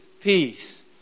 Peace